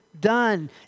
done